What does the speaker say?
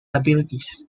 abilities